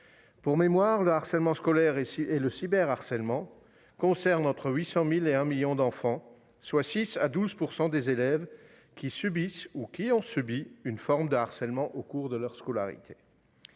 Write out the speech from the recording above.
Pour mémoire, le harcèlement scolaire et le cyberharcèlement concernent entre 800 000 et 1 million d'enfants ; en d'autres termes, 6 % à 12 % des élèves subissent ou ont subi une forme de harcèlement au cours de leur scolarité.